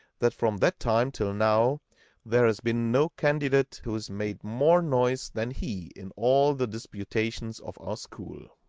that from that time till now there has been no candidate who has made more noise than he in all the disputations of our school.